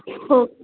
हो